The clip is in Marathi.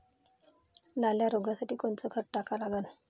लाल्या रोगासाठी कोनचं खत टाका लागन?